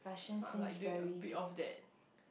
is not like doing a bit of that